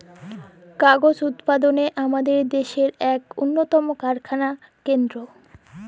কাগজ উৎপাদলে আমাদের দ্যাশের ইক উল্লতম কারখালা কেলদ্র